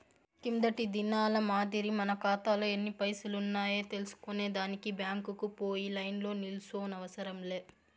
కిందటి దినాల మాదిరి మన కాతాలో ఎన్ని పైసలున్నాయో తెల్సుకునే దానికి బ్యాంకుకు పోయి లైన్లో నిల్సోనవసరం లే